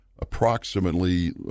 approximately